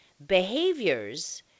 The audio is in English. behaviors